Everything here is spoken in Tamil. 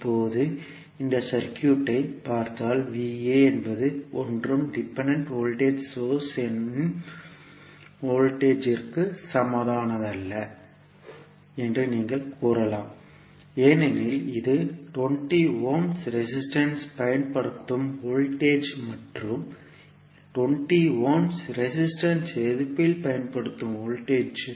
இப்போது இந்த சர்க்யூட்த்தைப் பார்த்தால் என்பது ஒன்றும் டிபெண்டன்ட் வோல்டேஜ் சோர்ஸ் இன் வோல்டேஜ் ற்கு சமமானதல்ல என்று நீங்கள் கூறலாம் ஏனெனில் இது 20 ஓம்ஸ் ரெசிஸ்டன்ஸ் பயன்படுத்தப்படும் வோல்டேஜ் மற்றும் 20 ஓம்ஸ் ரெசிஸ்டன்ஸ் எதிர்ப்பில் பயன்படுத்தப்படும் வோல்டேஜ்